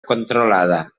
controlada